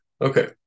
Okay